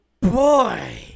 boy